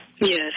Yes